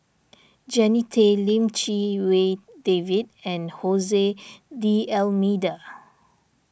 Jannie Tay Lim Chee Wai David and Jose D'Almeida